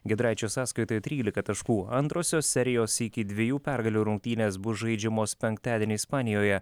giedraičio sąskaitoj trylika taškų antrosios serijos iki dviejų pergalių rungtynės žaidžiamos penktadienį ispanijoje